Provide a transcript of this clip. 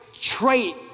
trait